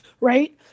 right